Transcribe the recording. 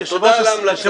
תודה על ההמלצה.